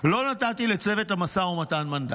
לא נתתי לצוות המשא ומתן מנדט.